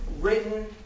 written